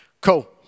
Cool